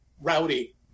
rowdy